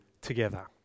together